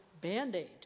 Band-Aid